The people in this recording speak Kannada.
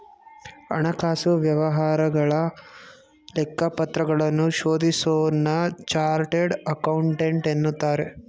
ಹಣಕಾಸು ವ್ಯವಹಾರಗಳ ಲೆಕ್ಕಪತ್ರಗಳನ್ನು ಶೋಧಿಸೋನ್ನ ಚಾರ್ಟೆಡ್ ಅಕೌಂಟೆಂಟ್ ಎನ್ನುತ್ತಾರೆ